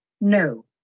No